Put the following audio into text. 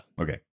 okay